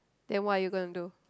then what are you going to do